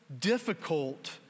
difficult